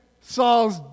Saul's